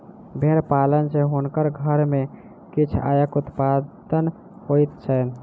भेड़ पालन सॅ हुनकर घर में किछ आयक उत्पादन होइत छैन